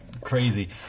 crazy